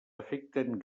afecten